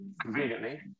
conveniently